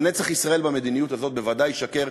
אבל נצח ישראל במדיניות הזאת בוודאי ישקר,